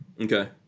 Okay